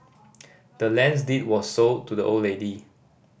the land's deed was sold to the old lady